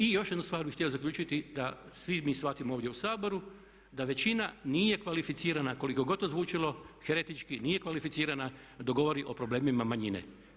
I još jednu stvar bih htio zaključiti da svi mi shvatimo ovdje u Saboru da većina nije kvalificirana koliko god to zvučalo heretički nije kvalificirana da govori o problemima manjine.